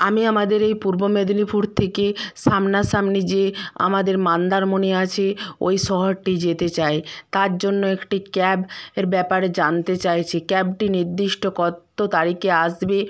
আমি আমাদের এই পূর্ব মেদিনীপুর থেকে সামনাসামনি যে আমাদের মন্দারমণি আছে ওই শহরটি যেতে চাই তারজন্য একটি ক্যাব এর ব্যাপারে জানতে চাইছি ক্যাবটি নির্দিষ্ট কত তারিখে আসবে